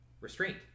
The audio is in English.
restraint